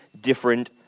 different